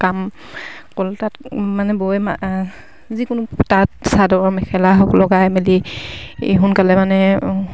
কাম মানে বৈ মানে যিকোনো তাঁত চাদৰ মেখেলা হক লগাই মেলি এই সোনকালে মানে